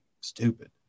stupid